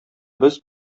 без